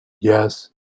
yes